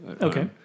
Okay